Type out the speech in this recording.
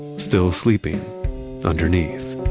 still sleeping underneath